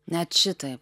net šitai